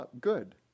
good